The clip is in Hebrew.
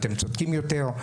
אתם צודקים יותר.